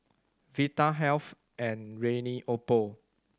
Vitahealth and Rene Oppo